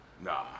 Nah